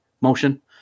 motion